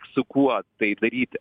su kuo tai daryti